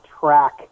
track